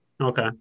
Okay